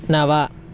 नव